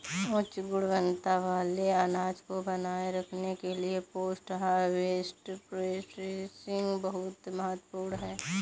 उच्च गुणवत्ता वाले अनाज को बनाए रखने के लिए पोस्ट हार्वेस्ट प्रोसेसिंग बहुत महत्वपूर्ण है